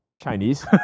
Chinese